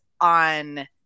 on